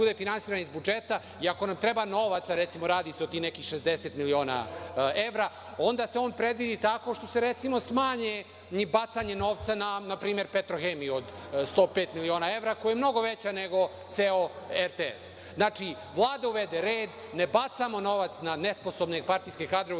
i ako nam treba novaca, recimo, radi se o tih nekih 60 miliona evra, onda se on predvidi tako što se, recimo, smanji bacanje novca na primer na Petrohemiju od 105 miliona evra koji je mnogo veći nego ceo RTS.Znači, Vlada uvede red, ne bacamo novac na nesposobne partijske kadrove